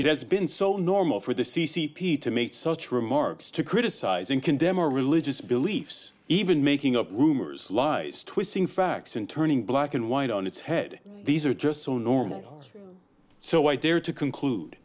it has been so normal for the c c p to make such remarks to criticize and condemn our religious beliefs even making up rumors lies twisting facts and turning black and white on its head these are just so normal so i dare to conclude